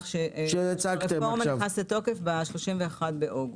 ב-31 באוגוסט.